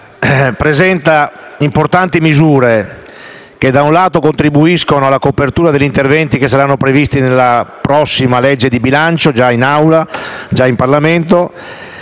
al nostro esame presenta importanti misure, che da un lato contribuiscono alla copertura degli interventi che saranno previsti nella prossima legge di bilancio, già all'esame del Parlamento,